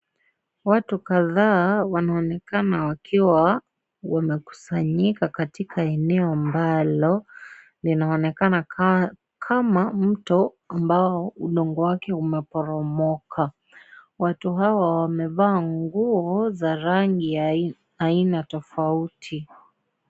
Watu kadhaa wanaonekana wakiwa wamekusanyika katika eneo ambao linaonekana kama mto ambao udongo wake umeporomoka. Watu hawa wamevaa nguo za rangi ya aina tofauti.